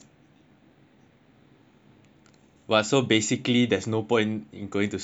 !wah! so basically there is no point in going to school now lah